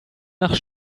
nach